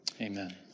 Amen